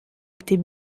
était